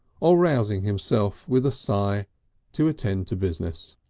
or rousing himself with a sigh to attend to business.